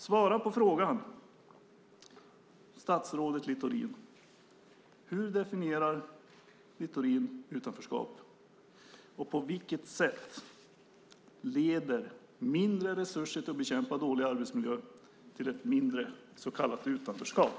Svara på frågorna, statsrådet Littorin: Hur definierar Littorin utanförskap? På vilket sätt leder mindre resurser för att bekämpa dålig arbetsmiljö till mindre så kallat utanförskap?